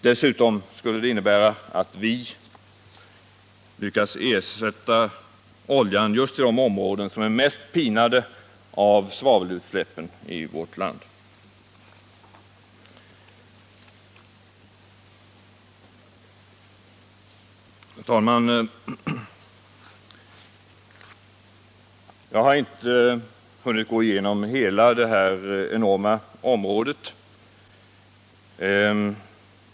Dessutom skulle det innebära att vi lyckas ersätta oljan i just de områden i vårt land som är mest pinade av svavelutsläpp. Herr talman! Jag har inte hunnit gå igenom hela detta enorma område.